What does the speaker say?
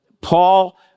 Paul